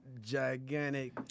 gigantic